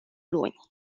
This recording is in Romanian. luni